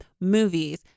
movies